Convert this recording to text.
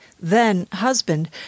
then-husband